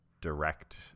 direct